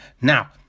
Now